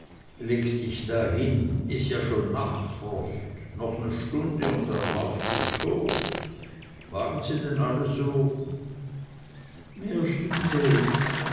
legst dich da hin is ja schon nachtfrost noch ne stunde dann warst du dod waren sie denn alle so